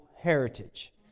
heritage